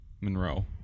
Monroe